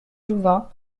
jouvin